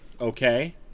okay